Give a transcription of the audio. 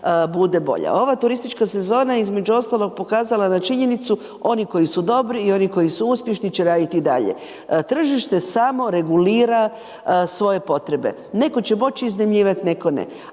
bude bolja. Ova turistička sezona, između ostalog, pokazala na činjenicu oni koji su dobri i oni koji su uspješni će raditi dalje. Tržište samo regulira svoje potrebe, netko će moći iznajmljivati, netko ne.